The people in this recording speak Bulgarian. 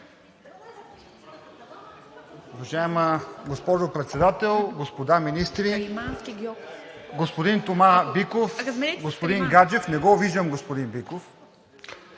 Уважаема госпожо Председател, господа министри! Господин Тома Биков, господин Гаджев – не виждам господин Биков,